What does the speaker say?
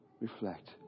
reflect